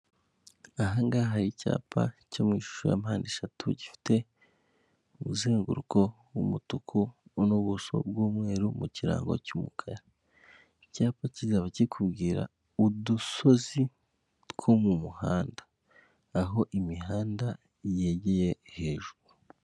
Aha ngaha hari icyapa cyo mu ishusho ya mpande eshatu, gifite umuzenguruko w'umutuku n'ubuso bw'umweru, mu kirango cy'umukara icyapa kikaba kikubwira udusozi two mu muhanda aho imihanda yegeye hejuru.